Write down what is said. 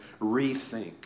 rethink